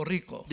Rico